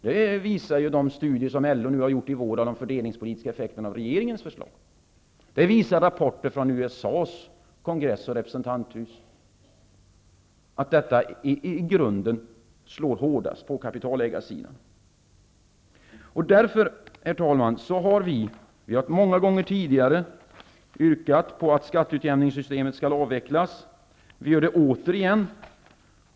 Det visar de studier som LO har gjort under våren av de fördelningspolitiska effekterna av regeringens förslag, och det visar rapporter från USA:s kongress och representanthus, dvs. att i grunden slår det här hårdast på kaptialägarsidan. Herr talman! Vi har många gånger tidigare yrkat på att skatteutjämningssystemet skall avvecklas. Vi gör det återigen.